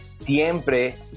siempre